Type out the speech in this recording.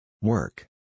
Work